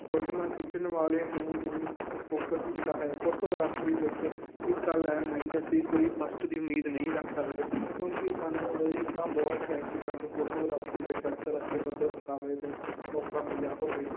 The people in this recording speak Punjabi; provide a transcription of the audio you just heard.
ਫੋਟੋਆਂ ਖਿੱਚਣ ਵਾਲੇ ਨੂੰ ਹੀ ਫੋਕਸ ਹੁੰਦਾ ਹੈ ਫੋਟੋਗ੍ਰਾਫਰੀ ਵਿੱਚ ਹਿੱਸਾ ਲੈਣ ਨਹੀਂ ਅਸੀਂ ਕੋਈ ਫਰਸਟ ਦੀ ਉਮੀਦ ਨਹੀਂ ਰੱਖ ਸਕਦੇ ਕਿਉਂਕਿ ਸਾਨੂੰ ਇੰਨਾ ਬਹੁਤ ਹੈ ਕਿ ਸਾਨੂੰ ਫੋਟੋਗ੍ਰਾਫਰੀ ਵਿੱਚ ਅੰਤਰਰਾਸ਼ਟਰੀ ਪੱਧਰ ਮੁਕਾਬਲੇ 'ਤੇ ਮੌਕਾ ਮਿਲਿਆ ਹੋਵੇ